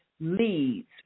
leads